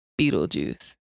Beetlejuice